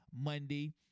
Monday